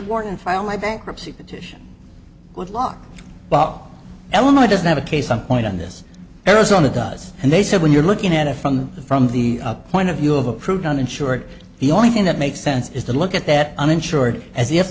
airborne and file my bankruptcy petition good luck eleanor doesn't have a case on point on this arizona does and they said when you're looking at it from the from the point of view of approved uninsured the only thing that makes sense is that look at that uninsured as if